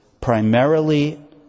primarily